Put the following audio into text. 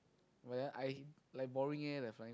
well i like boring eh the flying fox